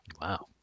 Wow